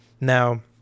Now